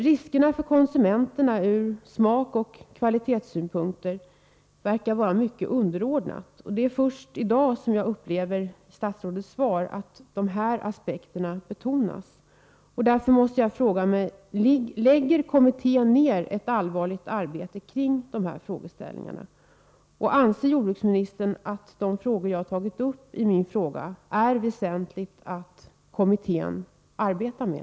Riskerna för konsumenterna från smakoch kvalitetssynpunkter verkar vara av underordnad betydelse. Det är först i statsrådets svar i dag som dessa aspekter betonats. Jag måste alltså fråga: Lägger kommittén ner ett allvarligt arbete då det gäller dessa frågeställningar? Anser jordbruksministern att det är väsentligt att kommittén arbetar med de frågor jag här har tagit upp?